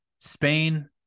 Spain